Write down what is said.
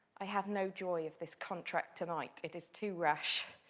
i have no joy of this contract to-night it is too rash,